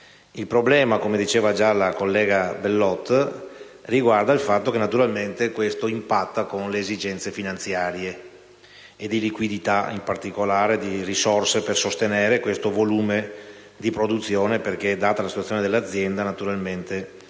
Il problema, come ha sottolineato la collega Bellot, riguarda il fatto che naturalmente questo impatta con le esigenze finanziarie e di liquidità, in particolare di risorse per sostenere questo volume di produzione, perché, data la situazione dell'azienda, naturalmente i fornitori